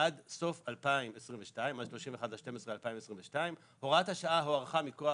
עד 31 בדצמבר 2022. הוראת השעה הוארכה מכוח